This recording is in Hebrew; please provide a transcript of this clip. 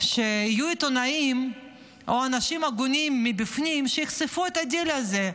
שיהיו עיתונאים או אנשים הגונים מבפנים שיחשפו את הדיל הזה,